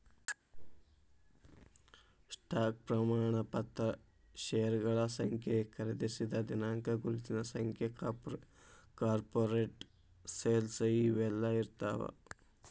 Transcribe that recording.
stock ಪ್ರಮಾಣ ಪತ್ರ ಷೇರಗಳ ಸಂಖ್ಯೆ ಖರೇದಿಸಿದ ದಿನಾಂಕ ಗುರುತಿನ ಸಂಖ್ಯೆ ಕಾರ್ಪೊರೇಟ್ ಸೇಲ್ ಸಹಿ ಇವೆಲ್ಲಾ ಇರ್ತಾವ